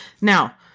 Now